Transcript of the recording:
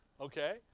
okay